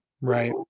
right